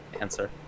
answer